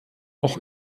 auch